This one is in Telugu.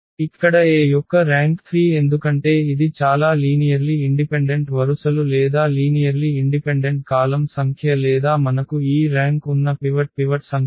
ఇక్కడ A యొక్క ర్యాంక్ 3 ఎందుకంటే ఇది చాలా లీనియర్లి ఇండిపెండెంట్ వరుసలు లేదా లీనియర్లి ఇండిపెండెంట్ కాలమ్ సంఖ్య లేదా మనకు ఈ ర్యాంక్ ఉన్న పివట్ సంఖ్య 3